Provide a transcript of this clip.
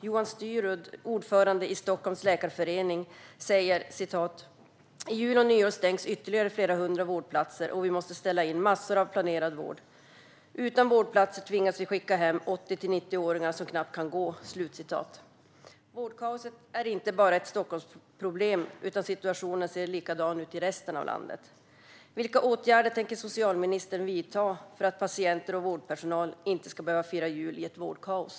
Johan Styrud, ordförande i Stockholms läkarförening säger: "I jul och nyår stängs ytterligare flera hundra vårdplatser och vi måste ställa in massor av planerad vård. Utan vårdplatser tvingas vi skicka hem 80-90 åringar som knappt kan gå." Vårdkaoset är inte bara ett Stockholmsproblem. Situationen ser likadan ut i resten av landet. Vilka åtgärder tänker socialministern vidta för att patienter och vårdpersonal inte ska behöva fira jul i ett vårdkaos?